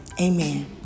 Amen